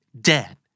Dead